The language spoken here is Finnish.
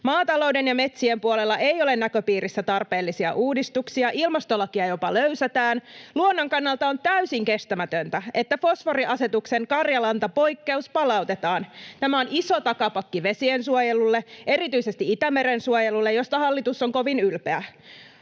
Maatalouden ja metsien puolella ei ole näköpiirissä tarpeellisia uudistuksia. Ilmastolakia jopa löysätään. Luonnon kannalta on täysin kestämätöntä, että fosforiasetuksen karjalantapoikkeus palautetaan. Tämä on iso takapakki vesiensuojelulle, erityisesti Itämeren suojelulle, josta hallitus on kovin ylpeä.